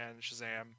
Shazam